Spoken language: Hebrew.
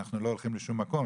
אנחנו לא הולכים לשום מקום,